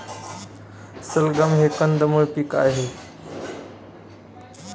सलगम हे कंदमुळ पीक आहे